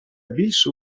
більше